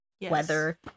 weather